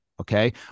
Okay